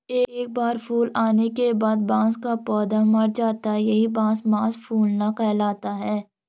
एक बार फूल आने के बाद बांस का पौधा मर जाता है यही बांस मांस फूलना कहलाता है